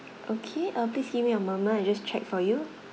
okay uh please give me moment I just check for you